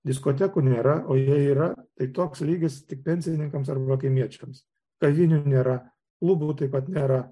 diskotekų nėra o jei yra tai toks lygis tik pensininkams arba kaimiečiams kavinių nėra klubų taip pat nėra